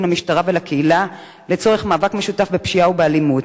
למשטרה ולקהילה לצורך מאבק משותף בפשיעה ובאלימות.